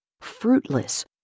fruitless